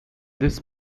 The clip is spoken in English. this